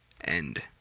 end